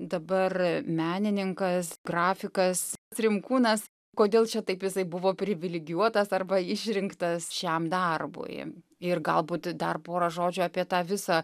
dabar menininkas grafikas rimkūnas kodėl čia taip jisai buvo privilegijuotas arba išrinktas šiam darbui ir galbūt dar pora žodžių apie tą visą